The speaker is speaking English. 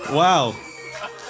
Wow